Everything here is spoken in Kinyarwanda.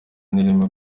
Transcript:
n’ireme